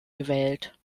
gewählt